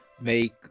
make